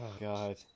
god